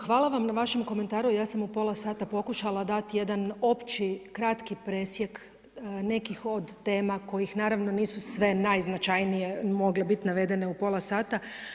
Hvala vam na vašem komentaru, ja sam u pola sata pokušala dati jedan opći kratki presjek nekih od tema koje naravno nisu sve najznačajnije mogle biti navedene u pola sata.